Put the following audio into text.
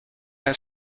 have